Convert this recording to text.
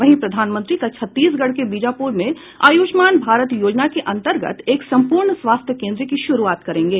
वहीं प्रधानमंत्री कल छत्तीसगढ़ के बीजापुर में आयुष्मान भारत योजना के अंतर्गत एक संपूर्ण स्वास्थ्य केंद्र की शुरूआत करेंगे